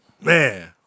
man